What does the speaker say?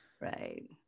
Right